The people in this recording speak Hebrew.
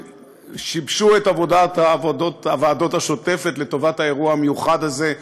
על ששיבשו את עבודת הוועדות השוטפת לטובת האירוע המיוחד הזה,